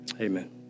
amen